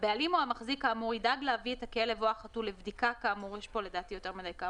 הבעלים או המחזיק כאמור ידאג להביא את הכלב או החתול לבדיקה כאמור גם